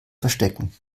verstecken